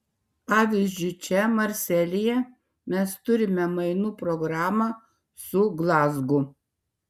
pavyzdžiui čia marselyje mes turime mainų programą su glazgu